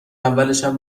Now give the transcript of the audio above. اولشم